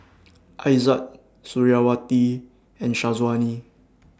Aizat Suriawati and Syazwani